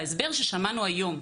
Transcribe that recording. ההסבר ששמענו היום,